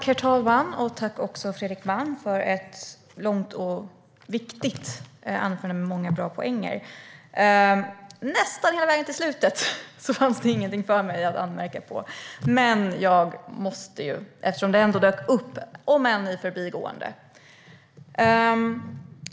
Herr talman! Tack, Fredrik Malm, för ett långt och viktigt anförande med många bra poänger! Nästan ända fram till slutet fanns det ingenting för mig att anmärka på, men nu måste jag ju, eftersom det ändå dök upp, om än i förbigående.